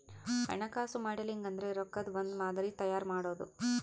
ಹಣಕಾಸು ಮಾಡೆಲಿಂಗ್ ಅಂದ್ರೆ ರೊಕ್ಕದ್ ಒಂದ್ ಮಾದರಿ ತಯಾರ ಮಾಡೋದು